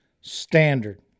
standard